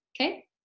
Okay